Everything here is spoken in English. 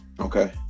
okay